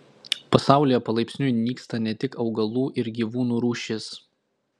pasaulyje palaipsniui nyksta ne tik augalų ir gyvūnų rūšys